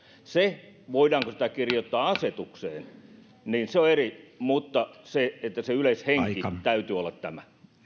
se voidaanko sitä kirjoittaa asetukseen on eri mutta sen yleishengen täytyy olla tämä